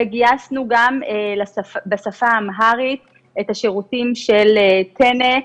וגייסנו גם בשפה האמהרית את השירותים של טנ"א.